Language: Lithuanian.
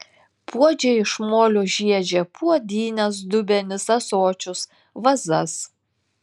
puodžiai iš molio žiedžia puodynes dubenis ąsočius vazas